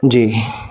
ਜੀ